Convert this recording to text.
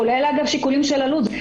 כולל אגב שיקולים של עלות.